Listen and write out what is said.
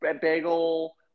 bagel